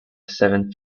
seven